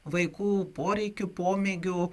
vaikų poreikių pomėgių